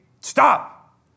stop